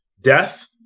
death